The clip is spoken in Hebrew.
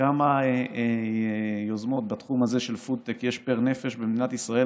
כמה יוזמות בתחום הזה של פודטק יש פר נפש במדינת ישראל,